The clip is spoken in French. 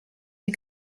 des